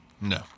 No